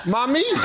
Mommy